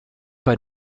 bei